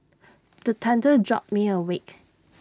the thunder jolt me awake